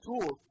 tools